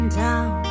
down